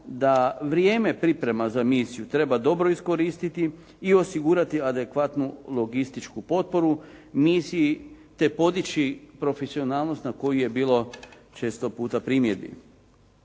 da vrijeme priprema za misiju treba dobro iskoristiti i osigurati adekvatnu logističku potporu misiji te podići profesionalnost na koju je bilo često puta primjedbi.